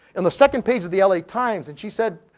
in the second page of the la times, and she said,